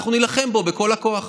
אנחנו נילחם בו בכל הכוח.